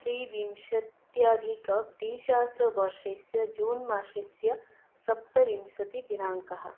त्रिविंशत्यधिकद्विसहस्रवर्षस्य जून् मासस्य सप्तविंशतिदिनाङ्कः